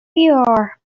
your